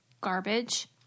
garbage